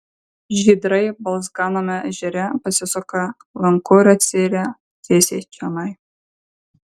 žydrai balzganame ežere pasisuka lanku ir atsiiria tiesiai čionai